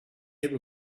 able